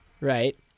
Right